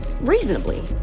reasonably